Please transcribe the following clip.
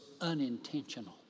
unintentional